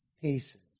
pieces